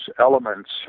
elements